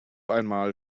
einmal